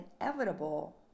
inevitable